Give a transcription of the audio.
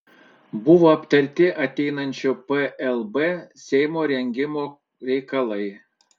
buvo aptarti ateinančio plb seimo rengimo reikalai